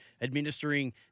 administering